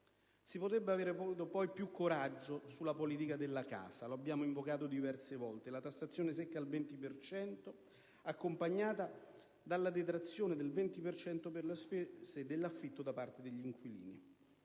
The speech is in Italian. Ci sarebbe poi voluto più coraggio sulla politica della casa, l'abbiamo invocato diverse volte: la tassazione secca al 20 per cento accompagnata dalla detrazione del 20 per cento per la spesa per l'affitto da parte degli inquilini.